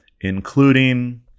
including